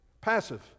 passive